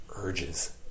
urges